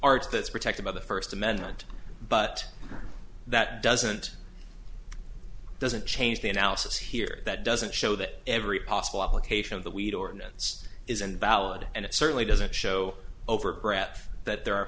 that's protected by the first amendment but that doesn't doesn't change the analysis here that doesn't show that every possible application of that weed ordinance isn't valid and it certainly doesn't show over breath that there are